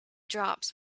drops